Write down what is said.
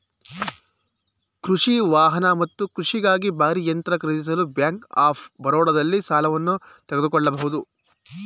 ಕೃಷಿ ವಾಹನ ಮತ್ತು ಕೃಷಿಗಾಗಿ ಭಾರೀ ಯಂತ್ರ ಖರೀದಿಸಲು ಬ್ಯಾಂಕ್ ಆಫ್ ಬರೋಡದಲ್ಲಿ ಸಾಲವನ್ನು ತೆಗೆದುಕೊಳ್ಬೋದು